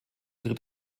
tritt